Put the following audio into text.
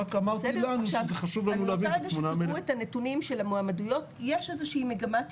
רק אמרתי לנו שזה חשוב לנו להבין את התמונה המלאה.